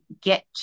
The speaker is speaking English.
get